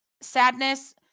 sadness